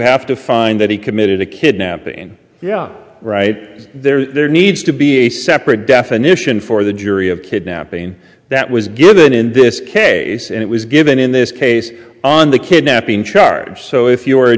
have to find that he committed a kidnapping yeah right there needs to be a separate definition for the jury of kidnapping that was given in this case and it was given in this case on the kidnapping charge so if you are a